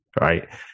right